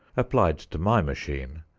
applied to my machine,